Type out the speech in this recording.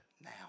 now